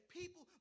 people